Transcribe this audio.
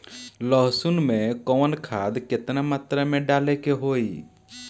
लहसुन में कवन खाद केतना मात्रा में डाले के होई?